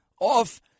off